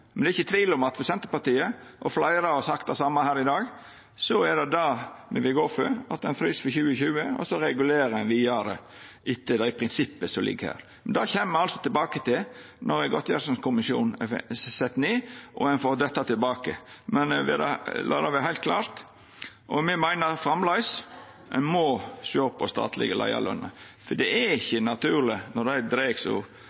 det er ikkje tvil om at for Senterpartiet – og fleire har sagt det same her i dag – er det det me vil gå for: at ein frys for 2020, og så regulerer ein vidare etter dei prinsippa som ligg her. Det kjem me altså tilbake til når godtgjerslekommisjonen er sett ned, og ein får dette tilbake. Lat det vera heilt klart: Me meiner framleis ein må sjå på statlege leiarløner, for det er ikkje